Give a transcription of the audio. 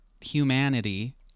humanity